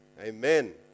Amen